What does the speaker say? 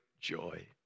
joy